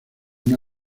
una